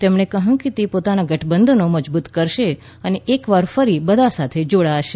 તેમણે કહ્યું કે તે પોતાનાં ગઠબંધનો મજબૂત કરશે અને એકવાર ફરી બધાં સાથે જોડાશે